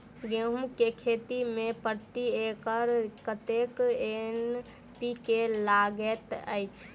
गेंहूँ केँ खेती मे प्रति एकड़ कतेक एन.पी.के लागैत अछि?